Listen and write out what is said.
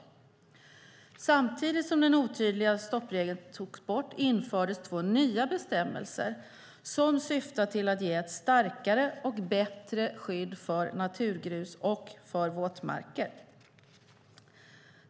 Samtidigt som den otydliga stoppregeln togs bort infördes två nya bestämmelser som syftar till att ge ett starkare och bättre skydd för naturgrus och för våtmarker.